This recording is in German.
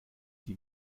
die